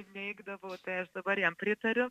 neigdavau tai aš dabar jam pritariu